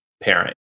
parent